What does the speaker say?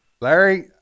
Larry